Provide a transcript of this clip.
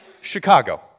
Chicago